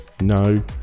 No